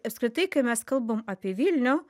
apskritai kai mes kalbam apie vilnių